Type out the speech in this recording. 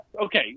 okay